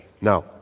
Now